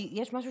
כי יש משהו